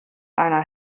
einer